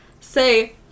say